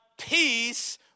Peace